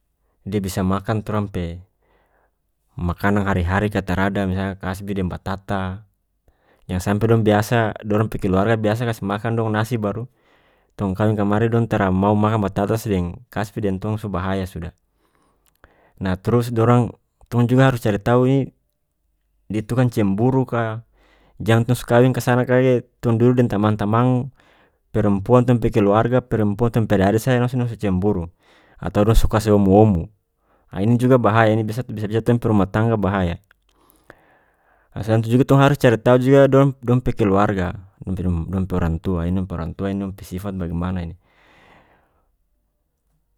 Dia bisa makang torang pe makanang hari-hari ka tarada misalnya kasbi deng batata jang sampe dong biasa dorang pe keluarga biasa kase makang dong nasi baru tong kawing kamari dong tara mau makang batatas deng kasbi deng tong so bahaya sudah nah trus dorang tong juga cari tau ini dia itu kan cemburu ka jang kong so kawing kasana kage tong dudu deng tamang-tamang perempuan tong pe keluarga perempuan tong pe ade-ade saja langsung dong so cemburu atau dong so kase womu-womu ah ini juga bahaya ini bisa- bisa-bisa tong pe rumah tangga bahaya kasana tu juga tong harus cari tau juga dong- dong pe keluarga dong pe- dong pe orang tua ini dong pe orang tua ini dong pe sifat bagimana ini.